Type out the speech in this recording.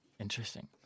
Interesting